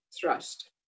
thrust